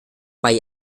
bei